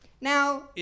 Now